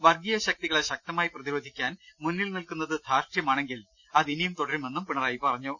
വർഗീയ ശക്തികളെ ശക്തമായി പ്രതിരോധിക്കാൻ മുന്നിൽ നിൽക്കുന്നത് ധാർഷ്ഠ്യമാണെങ്കിൽ അത് ഇനിയും തുടരുമെന്നും പിണറായി പറഞ്ഞു